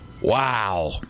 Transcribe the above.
wow